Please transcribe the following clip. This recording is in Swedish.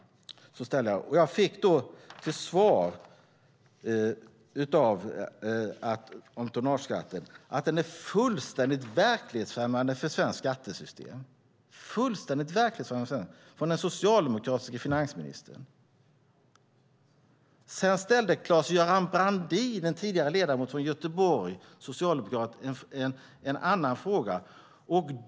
Jag fick då till svar från den socialdemokratiske finansministern att tonnageskatten är fullständigt verklighetsfrämmande för svenskt skattesystem. Sedan ställde Claes-Göran Brandin, en tidigare socialdemokratisk ledamot från Göteborg, en annan fråga.